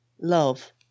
love